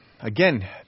Again